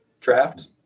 draft